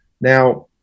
Now